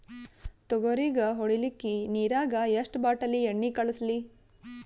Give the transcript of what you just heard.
ತೊಗರಿಗ ಹೊಡಿಲಿಕ್ಕಿ ನಿರಾಗ ಎಷ್ಟ ಬಾಟಲಿ ಎಣ್ಣಿ ಕಳಸಲಿ?